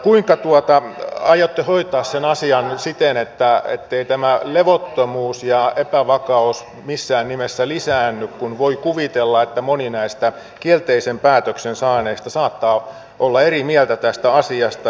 kuinka aiotte hoitaa sen asian siten etteivät nämä levottomuus ja epävakaus missään nimessä lisäänny kun voi kuvitella että moni näistä kielteisen päätöksen saaneista saattaa olla eri mieltä tästä asiasta